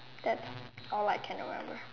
that all I can remember